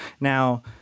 Now